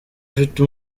ufite